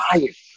life